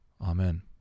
Amen